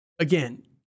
Again